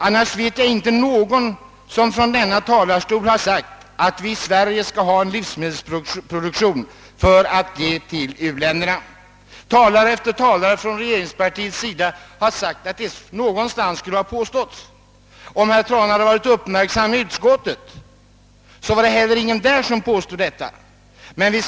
Men låt mig en gång för alla slå fast att ingen från denna talarstol har sagt att vi här i Sverige skall ha en livsmedelsproduktion för att kunna skicka livsmedel till u-länderna. Talare efter talare från oppositionen har haft ordet men ingen har påstått något sådant. Om herr Trana hade varit uppmärksam under behandlingen i utskottet, skulle han ha märkt att ingen påstod det i utskottet heller.